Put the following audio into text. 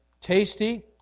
tasty